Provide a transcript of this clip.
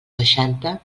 seixanta